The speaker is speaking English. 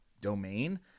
domain